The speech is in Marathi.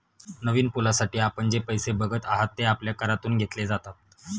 नवीन पुलासाठी आपण जे पैसे बघत आहात, ते आपल्या करातून घेतले जातात